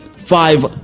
five